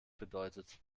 bedeutet